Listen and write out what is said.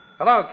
Hello